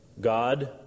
God